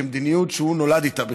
כמדיניות שהוא נולד איתה בכלל.